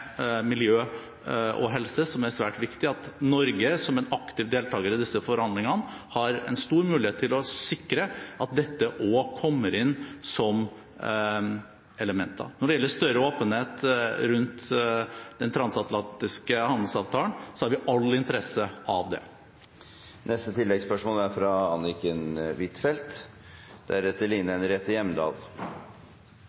miljø og helse, som er svært viktig, at Norge som en aktiv deltaker i disse forhandlingene har en stor mulighet til å sikre at dette også kommer inn som elementer. Når det gjelder større åpenhet rundt den transatlantiske handelsavtalen, har vi all interesse av det.